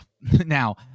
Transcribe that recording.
Now